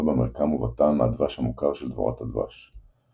במרקם ובטעם מהדבש המוכר של דבורת הדבש.